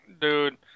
dude